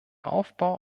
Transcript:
aufbau